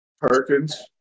Perkins